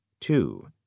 two